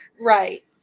Right